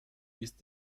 ist